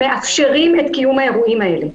שמאפשרים את קיום האירועים האלה.